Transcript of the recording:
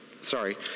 Sorry